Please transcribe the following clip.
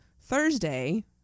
Thursday